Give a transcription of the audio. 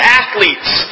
athletes